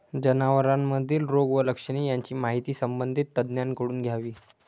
जनावरांमधील रोग व लक्षणे यांची माहिती संबंधित तज्ज्ञांकडून घ्यावी